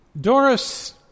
Doris